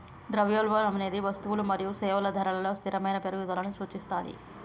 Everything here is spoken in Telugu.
ద్రవ్యోల్బణం అనేది వస్తువులు మరియు సేవల ధరలలో స్థిరమైన పెరుగుదలను సూచిస్తది